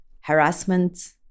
Harassment